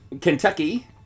Kentucky